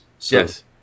Yes